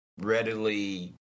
readily